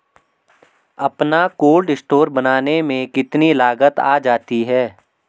अपना cold store बनाने में कितनी लागत आ जाती है?